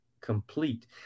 complete